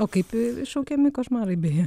o kaip iššaukiami košmarai beje